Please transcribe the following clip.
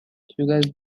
sugar